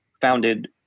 founded